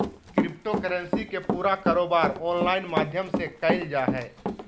crypto currency के पूरा कारोबार ऑनलाइन माध्यम से क़इल जा हइ